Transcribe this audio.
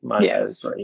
Yes